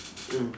mm